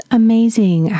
amazing